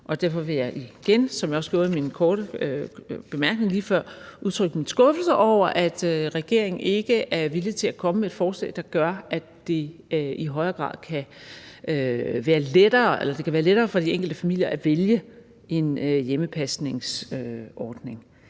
bemærkning lige før, udtrykke min skuffelse over, at regeringen ikke er villig til at komme med et forslag, der gør, at det i højere grad kan være lettere for de enkelte familier at vælge en hjemmepasningsordning.